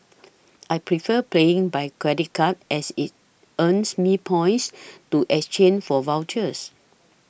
I prefer playing by credit card as it earns me points to exchange for vouchers